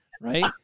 Right